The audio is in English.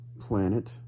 planet